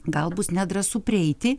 gal bus nedrąsu prieiti